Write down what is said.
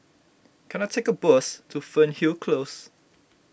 can I take a bus to Fernhill Close